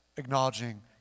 acknowledging